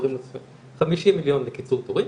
50 מיליון לקיצור תורים,